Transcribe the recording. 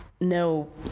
No